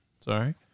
Sorry